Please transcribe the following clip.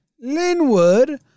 Linwood